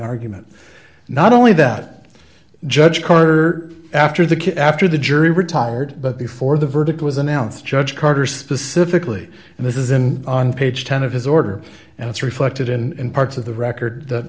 argument not only that judge carter after the kid after the jury retired but the for the verdict was announced judge carter specifically and this isn't on page ten of his order and it's reflected in parts of the record that